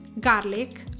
garlic